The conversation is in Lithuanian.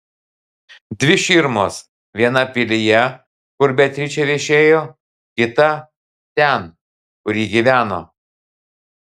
dvi širmos viena pilyje kur beatričė viešėjo kita ten kur ji gyveno